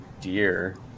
deer